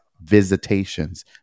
visitations